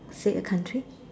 said a country